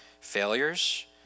failures